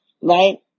Right